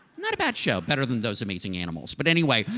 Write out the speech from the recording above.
not a bad show better than those amazing animals but anyway.